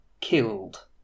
killed